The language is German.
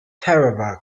tarawa